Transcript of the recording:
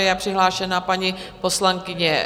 Je přihlášená paní poslankyně...